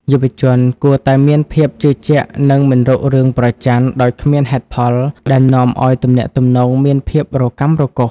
យុវជនគួរតែ "មានភាពជឿជាក់ និងមិនរករឿងប្រចណ្ឌដោយគ្មានហេតុផល" ដែលនាំឱ្យទំនាក់ទំនងមានភាពរកាំរកូស។